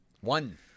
One